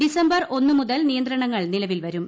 December ഒന്ന് മുതൽ നിയന്ത്രണങ്ങൾ നിലവിൽ വരും